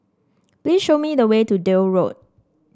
please show me the way to Deal Road